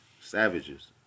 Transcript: savages